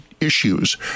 issues